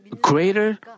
greater